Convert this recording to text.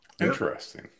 Interesting